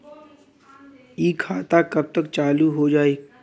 इ खाता कब तक चालू हो जाई?